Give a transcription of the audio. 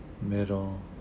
middle